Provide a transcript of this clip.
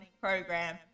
program